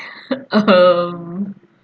um